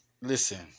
listen